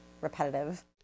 repetitive